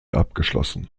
abgeschlossen